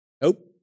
Nope